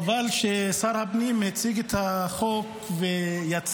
חבל ששר הפנים הציג את החוק ויצא,